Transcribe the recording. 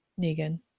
Negan